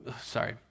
sorry